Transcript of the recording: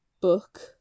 book